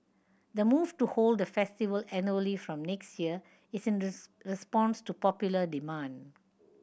the move to hold the festival annually from next year is in response to popular demand